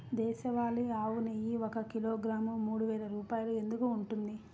దేశవాళీ ఆవు నెయ్యి ఒక కిలోగ్రాము మూడు వేలు రూపాయలు ఎందుకు ఉంటుంది?